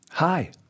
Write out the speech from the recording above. Hi